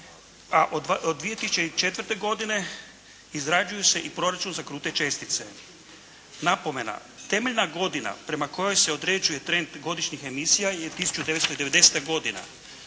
a od 2004. godine izrađuje se i proračun za krute čestice. Napomena. Temeljna godina prema kojoj se određuje trend godišnjih emisija je 1990. godina,